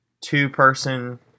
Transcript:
two-person